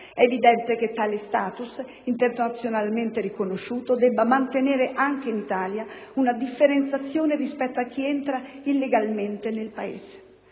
È evidente che tale *status*, internazionalmente riconosciuto, debba mantenere anche in Italia una differenziazione rispetto a chi entra illegalmente nel Paese.